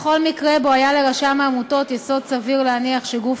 בכל מקרה שבו היה לרשם העמותות יסוד סביר להניח שגוף